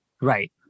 Right